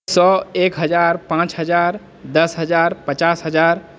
सए एक हजार पांँच हजार दश हजार पचास हजार